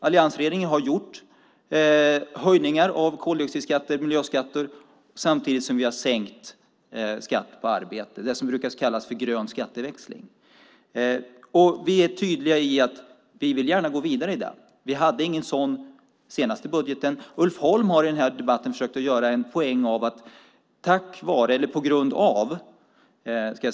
Alliansregeringen har gjort höjningar av koldioxidskatter och miljöskatter samtidigt som vi sänkt skatten på arbete - det som brukar kallas grön skatteväxling. Vi är tydliga med att vi gärna vill gå vidare med den; vi hade ingen sådan i den senaste budgeten. Det finns i skattesystemet en indexering av koldioxidskatterna som är automatisk.